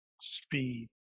Speed